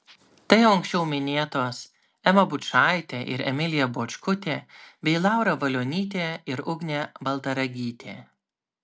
tai jau anksčiau minėtos ema bučaitė ir emilija bočkutė bei laura valionytė ir ugnė baltaragytė